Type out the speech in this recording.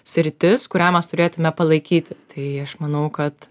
sritis kurią mes turėtume palaikyti tai aš manau kad